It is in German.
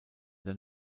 der